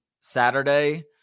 Saturday –